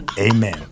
Amen